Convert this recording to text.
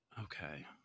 Okay